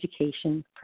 education